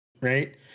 Right